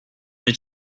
want